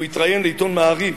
הוא התראיין לעיתון "מעריב",